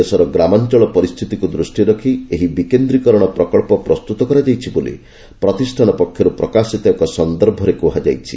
ଦେଶର ଗ୍ରାମାଞ୍ଚଳ ପରିସ୍ଥିତିକୁ ଦୃଷ୍ଟିରେ ରଖି ଏହି ବିକେନ୍ଦ୍ରୀକରଣ ପ୍ରକଳ୍ପ ପ୍ରସ୍ତୁତ କରାଯାଇଛି ବୋଲି ପ୍ରତିଷ୍ଠାନ ପକ୍ଷରୁ ପ୍ରକାଶିତ ଏକ ସନ୍ଦର୍ଭରେ କୁହାଯାଇଛି